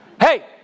Hey